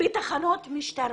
בתחנות משטרה,